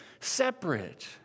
separate